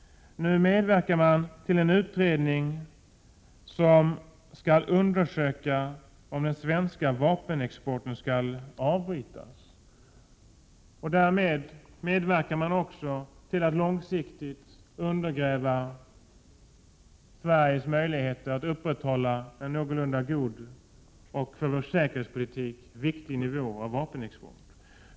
Nu medverkar man till en utredning som skall undersöka om den svenska vapenexporten skall avbrytas. Därmed medverkar man också till att långsiktigt undergräva Sveriges möjligheter att upprätthålla en någorlunda god och för vår säkerhetspolitik viktig nivå på vapenexporten.